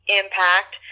impact